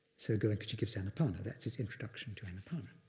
so goenkaji gives anapana. that's his introduction to anapana.